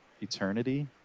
Eternity